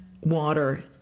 water